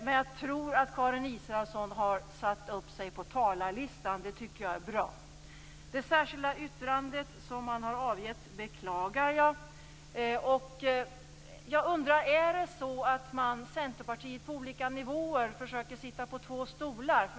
Men jag tror att Karin Israelsson har satt upp sig på talarlistan. Det tycker jag är bra. Det särskilda yttrande som man har avgett beklagar jag. Jag undrar: Är det så att Centerpartiet på olika nivåer försöker sitta på två stolar?